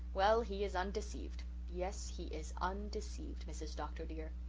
well, he is undeceived yes, he is undeceived, mrs. dr. dear.